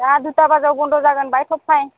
दा दुथा बाजायाव बनद जागोन दाहाय थाब फै